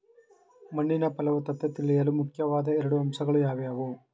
ಮಣ್ಣಿನ ಫಲವತ್ತತೆ ತಿಳಿಯಲು ಮುಖ್ಯವಾದ ಎರಡು ಅಂಶಗಳು ಯಾವುವು?